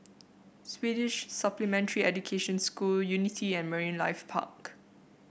Swedish Supplementary Education School Unity and Marine Life Park